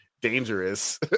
dangerous